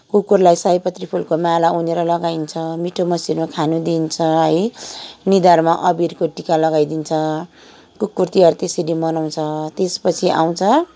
कुकुरलाई सयपत्री फुलको माला उनेर लगाइन्छ मिठो मसिनो खानु दिइन्छ है निधरमा अबिरको टिका लगाइदिन्छ कुकुर तिहार त्यसरी मनाउँछ त्यसपछि आउँछ